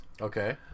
Okay